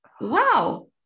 wow